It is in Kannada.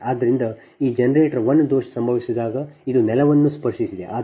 ಆದ್ದರಿಂದ ಈ ಜನರೇಟರ್ 1 ದೋಷ ಸಂಭವಿಸಿದಾಗ ಇದು ನೆಲವನ್ನು ಸ್ಪರ್ಶಿಸಿದೆ